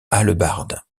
hallebarde